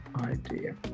idea